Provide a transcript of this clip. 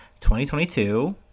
2022